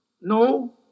No